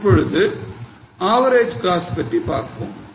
இப்பொழுது average cost பற்றி பார்ப்போம்